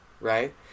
right